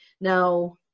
Now